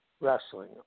wrestling